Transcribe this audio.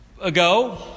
ago